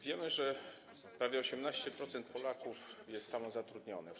Wiemy, że prawie 18% Polaków jest samozatrudnionych.